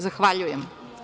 Zahvaljujem.